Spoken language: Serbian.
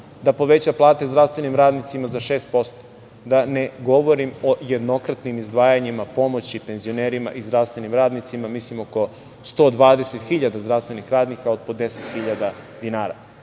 da poveća plate zdravstvenim radnicima za 6%, da ne govorim o jednokratnim izdvajanjima pomoći penzionerima i zdravstvenim radnicima oko 120 hiljada zdravstvenih radnika od po 10 hiljada